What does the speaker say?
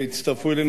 והצטרפו אלינו.